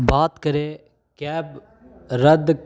बात करें क्या कैब रद्द